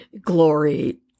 glory